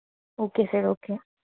okay sir okay